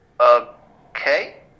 okay